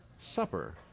supper